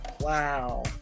Wow